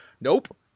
nope